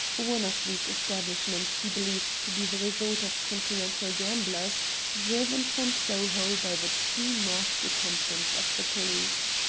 one of these establishments he believed to be the resort of continental gamblers driven from soho by the too marked attentions of the police.